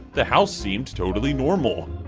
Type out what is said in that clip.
the house seemed totally normal,